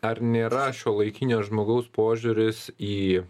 ar nėra šiuolaikinio žmogaus požiūris į